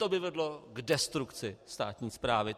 To by vedlo k destrukci státní správy.